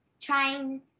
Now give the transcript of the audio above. trying